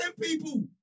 people